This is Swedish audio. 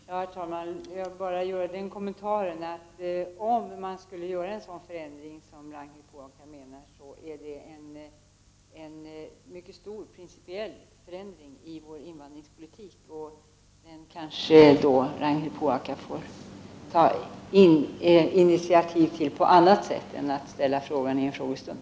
Herr talman! Får jag bara göra den kommentaren att om man skall genomföra en sådan förändring som Ragnhild Pohanka vill ha, är det en mycket stor principiell förändring i vår invandringspolitik som skall göras, och den får Ragnhild Pohanka kanske ta initiativ till på annat sätt än genom att ta upp frågan under en frågestund.